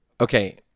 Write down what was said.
okay